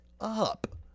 up